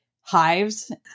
hives